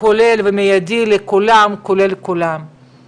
עם כל הרצון להסתכל על הנושא במבט מלמעלה,